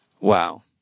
Wow